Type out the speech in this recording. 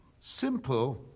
simple